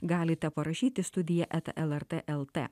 galite parašyti studiją eta lrt el t